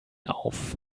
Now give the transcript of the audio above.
auf